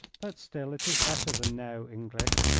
but still it is better than no english.